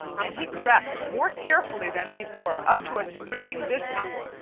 and he crept more carefully than before up to springing distance,